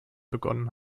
begonnen